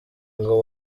ngo